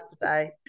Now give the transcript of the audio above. today